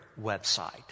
website